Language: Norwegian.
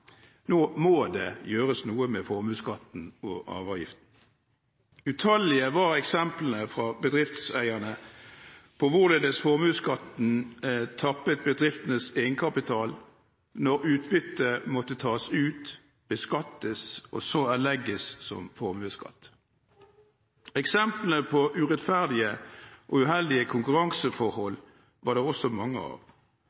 Nå må det gjøres noe med formuesskatten og arveavgiften. Utallige var eksemplene fra bedriftseierne på hvorledes formuesskatten tappet bedriftenes egenkapital når utbyttet måtte tas ut, beskattes og så erlegges som formuesskatt. Eksemplene på urettferdige og uheldige konkurranseforhold